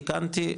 תיקנתי,